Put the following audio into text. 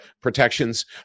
protections